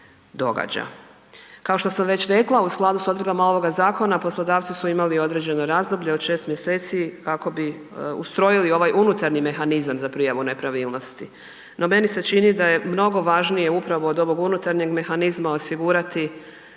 Kao što sam već rekla u skladu s odredbama ovog zakona poslodavci su imali određeno razdoblje od 6 mjeseci kako bi ustrojili ovaj unutarnji mehanizam za prijavu nepravilnosti, no meni se čini da je mnogo važnije upravo od ovog unutarnjeg mehanizma osigurati